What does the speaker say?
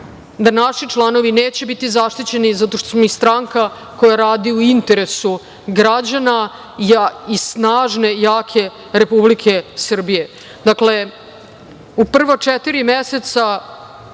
da naši članovi neće biti zaštićeni zato što smo mi stranka koja radi u interesu građana i snažne jake Republike Srbije. U prva četiri meseca